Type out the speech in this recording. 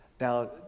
Now